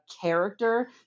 character